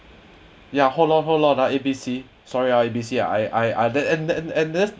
ya hold on hold on ah A B C sorry ah A B C ah I I I that and that and this